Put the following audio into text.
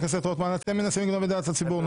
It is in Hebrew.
אתם מנסים לגנוב את דעת הציבור.